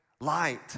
light